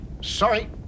Sorry